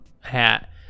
hat